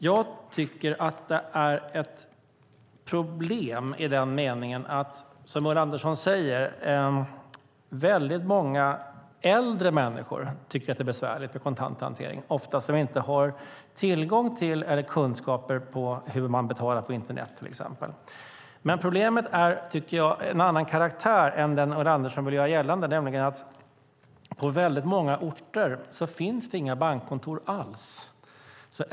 Jag tycker att det är ett problem i den meningen att, som Ulla Andersson säger, väldigt många äldre människor tycker att det är besvärligt med kontanthanteringen. Ofta har de inte tillgång till eller kunskaper om hur man till exempel betalar på internet. Men problemet är av en annan karaktär än den Ulla Andersson vill göra gällande, nämligen att på väldigt många orter finns inga bankkontor alls.